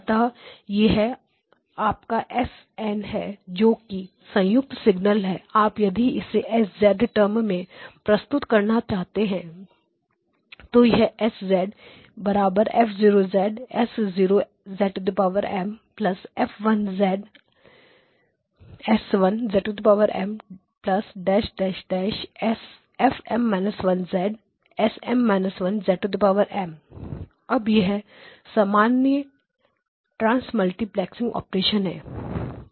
अतः यह आपका S n है जो कि संयुक्त सिग्नल है आप यदि इसे S टर्म में प्रस्तुत करना चाहते हैं तो यह S F0 S0 F1 S1 FM 1 S M 1 अब यह सामान्य multiplexing operation the general transmultiplexing operationहै